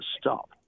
stop